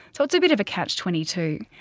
so it's a bit of a catch twenty two.